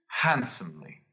Handsomely